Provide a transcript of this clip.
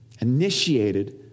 initiated